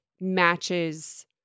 matches